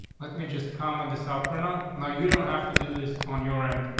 let me just come and this out for no. now, you don't have to do this on your end.